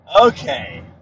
Okay